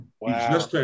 Wow